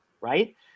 right